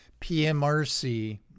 PMRC